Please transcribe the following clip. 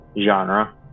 genre